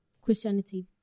Christianity